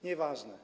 Nieważne.